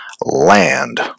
land